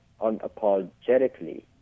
unapologetically